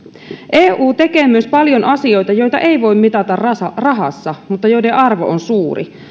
eu tekee myös paljon asioita joita ei voi mitata rahassa rahassa mutta joiden arvo on suuri